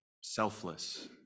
selfless